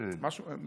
משהו כזה.